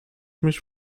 mich